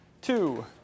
two